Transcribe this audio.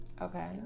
Okay